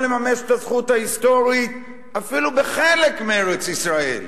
לממש את הזכות ההיסטורית אפילו בחלק מארץ-ישראל,